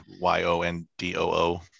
y-o-n-d-o-o